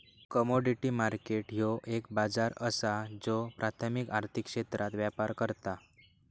commodity market ह्यो एक बाजार असा ज्यो प्राथमिक आर्थिक क्षेत्रात व्यापार करता